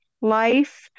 life